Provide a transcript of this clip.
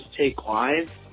Take-Live